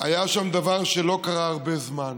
שלא קרה הרבה זמן.